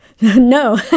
No